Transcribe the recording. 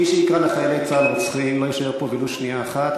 מי שיקרא לחיילי צה"ל "רוצחים" לא יישאר פה ולו שנייה אחת.